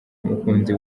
umukunzi